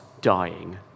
dying